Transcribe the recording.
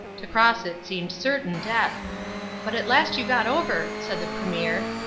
to cross it seemed certain death but at last you got over, said the premier,